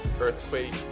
earthquake